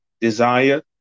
desire